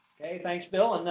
thanks, bill. and